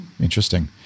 Interesting